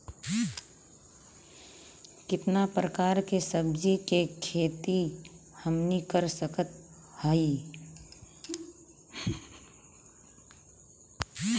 कितना प्रकार के सब्जी के खेती हमनी कर सकत हई?